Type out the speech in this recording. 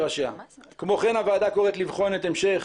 כמו כן הוועדה קוראת לבחון את המשך